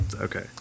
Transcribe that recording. Okay